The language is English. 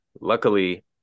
Luckily